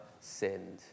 sinned